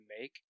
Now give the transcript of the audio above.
make